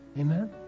Amen